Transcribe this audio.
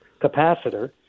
capacitor